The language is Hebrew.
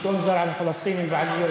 שלטון זר על פלסטינים ועל,